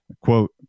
quote